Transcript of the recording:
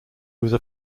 was